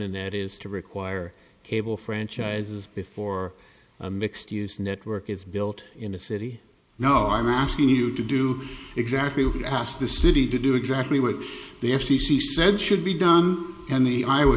and that is to require cable franchises before a mixed use network is built in the city no i'm asking you to do exactly what you asked the city to do exactly what the f c c said should be done and the i wa